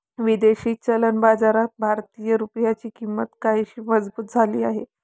विदेशी चलन बाजारात भारतीय रुपयाची किंमत काहीशी मजबूत झाली आहे